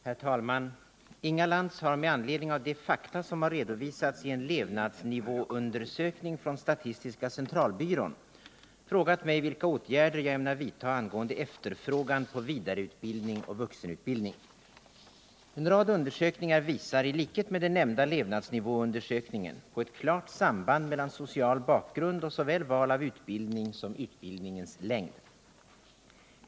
Herr talman! Inga Lantz har med anledning av de fakta som har redovisats i en levnadsnivåundersökning från statistiska centralbyrån frågat mig vilka åtgärder jag ämnar vidta angående efterfrågan på vidareutbildning och vuxenutbildning. En rad undersökningar visar i likhet med den nämnda levnadsnivåundersökningen på ett klart samband mellan social bakgrund och såväl val av utbildning som utbildningens längd.